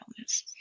illness